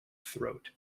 throat